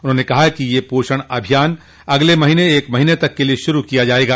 उन्होंने कहा कि यह पोषण अभियान अगले माह एक महीने तक के लिये शुरू किया जायेगा